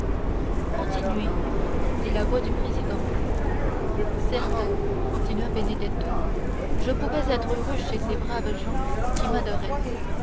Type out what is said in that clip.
continuez dit la voix du président certes continua benedetto je pouvais être heureux chez ces braves gens qui m'adoraient